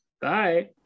Bye